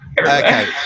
Okay